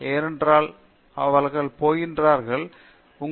ஏனென்றால் பலர் போகிறார்களே